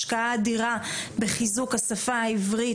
השקעה אדירה בחיזוק השפה העברית,